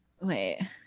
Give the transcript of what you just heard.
Wait